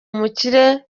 umukire